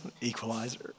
equalizer